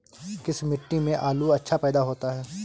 किस मिट्टी में आलू अच्छा पैदा होता है?